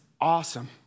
awesome